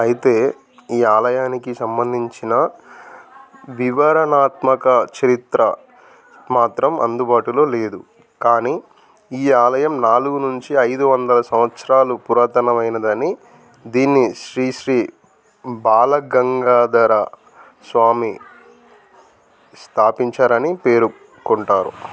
అయితే ఈ ఆలయానికి సంబంధించిన వివరణాత్మక చరిత్ర మాత్రం అందుబాటులో లేదు కానీ ఈ ఆలయం నాలుగు నుంచి ఐదు వందల సంవత్సరాలు పురాతనమైనదని దీన్ని శ్రీ శ్రీ బాలగంధర స్వామి స్థాపించారని పేర్కొంటారు